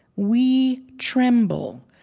we tremble,